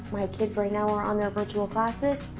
my kids right now are on their virtual classes.